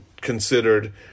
considered